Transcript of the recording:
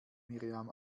miriam